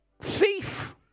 thief